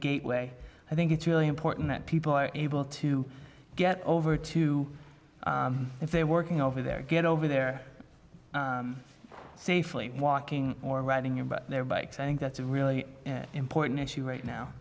gateway i think it's really important that people are able to get over to if they're working over there get over there safely walking or riding about their bikes i think that's a really important she right now